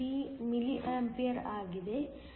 513 mA ಆಗಿದೆ